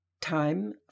Time